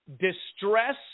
distress